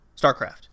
Starcraft